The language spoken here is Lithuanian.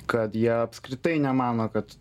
kad jie apskritai nemano kad